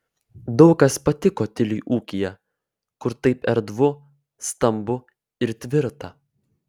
daug kas patiko tiliui ūkyje kur taip erdvu stambu ir tvirta